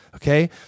Okay